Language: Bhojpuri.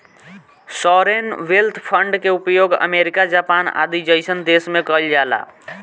सॉवरेन वेल्थ फंड के उपयोग अमेरिका जापान आदि जईसन देश में कइल जाला